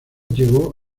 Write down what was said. llegó